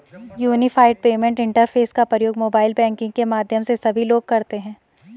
unified payment interface का प्रयोग mobile banking के माध्यम से सभी लोग करते हैं